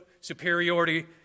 superiority